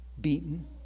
beaten